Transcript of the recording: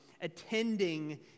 attending